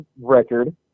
record